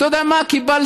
אתה יודע מה קיבלתי?